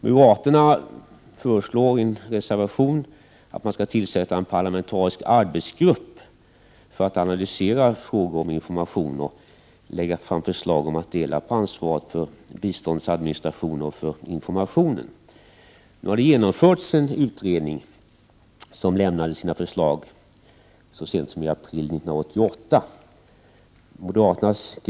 Moderaterna föreslår i en reservation att en parlamentarisk arbetsgrupp skall tillsättas för att analysera frågor om information och lägga fram förslag om att dela på ansvaret för biståndsadministration och information. Nu har en utredning genomförts som lämnade sina förslag så sent som i april 1988. 73 Moderaternas kritik mot utredningen delas inte av utskottet. I stället tillstyrker utskottet att de mål och principer som formulerades 1979 bör gälla även i framtiden och att systemet med generella bidrag bör behållas.